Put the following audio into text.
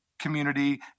Community